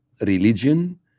religion